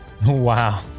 Wow